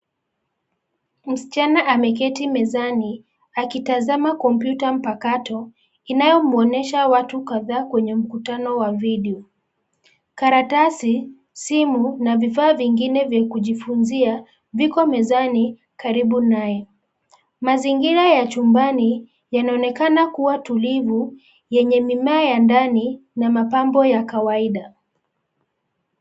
Msichana ameketi mezani akitazama kompyuta mpakato inayo mwonyesha watu kadhaa kwenye mkutano wa video. Karatasi, simu na vifaa vingine vya kujifunzia viko mezani karibu naye. Mazingira ya chumbani yanaonekana kuwa tulivu, yenye mimea ya ndani na mapambo ya kawaida.